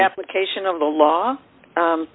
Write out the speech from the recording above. application of the law